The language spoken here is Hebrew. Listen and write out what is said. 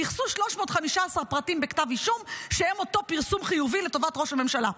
וייחסו 315 פרטים בכתב האישום שהם אותו פרסום חיובי לטובת ראש הממשלה.